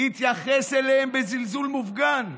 התייחס אליהם בזלזול מופגן.